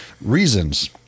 reasons